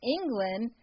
England